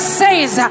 says